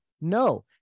No